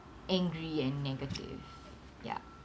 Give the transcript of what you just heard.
angry and negative yup